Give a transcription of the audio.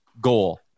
goal